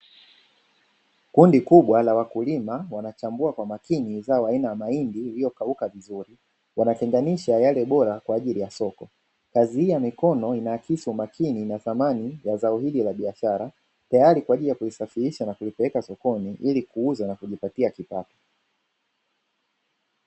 Kundi kubwa la wakulima wana chambua kwa makini zao la aina ya mahindi yaliyokauka vizuri. Wanatenganisha Yale bora kwa ajili ya soko, kazi hii ya mikono inaakisi umakini na thamani ya zao hilo la biashara tayari kwaajili ya kulisafirisha na kulipeka sokoni ili kuuza na kujipatia kipato.